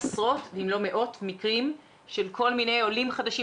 עשרות אם לא מאות מקרים של עולים חדשים